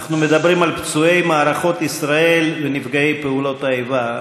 אנחנו מדברים על פצועי מערכות ישראל ונפגעי פעולות האיבה,